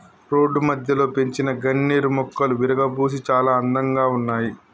road మధ్యలో పెంచిన గన్నేరు మొక్కలు విరగబూసి చాలా అందంగా ఉన్నాయి